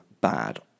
bad